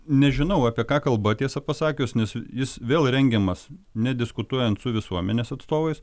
nežinau apie ką kalba tiesą pasakius nes jis vėl rengiamas nediskutuojant su visuomenės atstovais